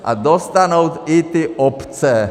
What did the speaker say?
A dostanou i ty obce.